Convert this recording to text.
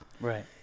Right